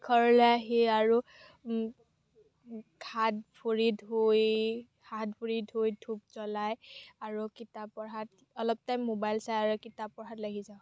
ঘৰলৈ আহি আৰু হাত ভৰি ধুই হাত ভৰি ধুই ধূপ জ্বলাই আৰু কিতাপ পঢ়াত অলপ টাইম মোবাইল চাই আৰু কিতাপ পঢ়াত লাগি যাওঁ